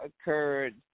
occurred